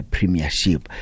Premiership